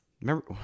Remember